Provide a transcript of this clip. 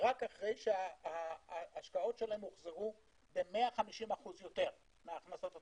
רק אחרי שההשקעות שלהם הוחזרו ב-150% יותר מההכנסות הצבורות,